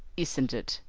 isn't it?